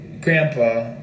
grandpa